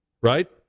right